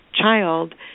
child